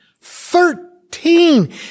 Thirteen